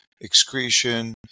excretion